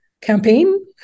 campaign